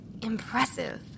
impressive